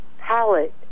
palette